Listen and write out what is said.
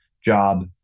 job